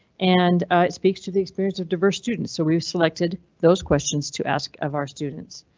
and it speaks to the experience of diverse students. so we've selected those questions to ask of our students.